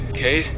Okay